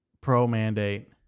pro-mandate